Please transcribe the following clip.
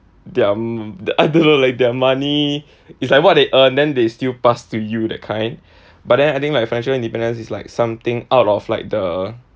their m~ I don't know like their money it's like what they earn then they still pass to you that kind but then I think like financial independence is like something out of like the